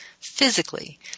physically